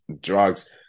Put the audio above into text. drugs